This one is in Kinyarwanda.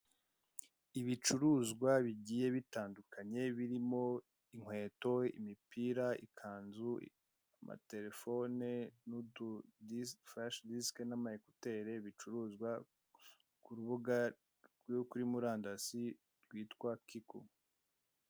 Ibicuruzwa bigiye bitandukanye birimo inkweto, imipira, ikanzu, amaterefone, n'utudisike, furashe disike n'amaekoteri bicururizwa ku rubuga rwo kuri murandasi rwitwa kiku.